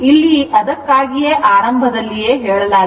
ಇಲ್ಲಿ ಅದಕ್ಕಾಗಿಯೇ ಆರಂಭದಲ್ಲಿ ಹೇಳಲಾಗಿದೆ